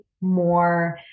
more